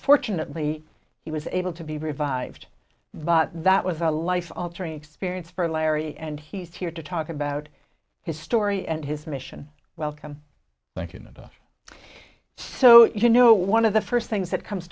fortunately he was able to be revived but that was a life altering experience for larry and he's here to talk about his story and his mission welcome thank you so you know one of the first things that comes